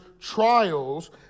trials